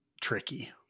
tricky